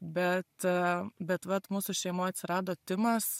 bet bet vat mūsų šeimoj atsirado timas